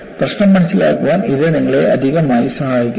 പ്രശ്നം മനസിലാക്കാൻ ഇത് നിങ്ങളെ അധികമായി സഹായിക്കുന്നു